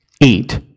eat